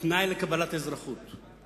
כתנאי לקבלת אזרחות.